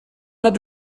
nad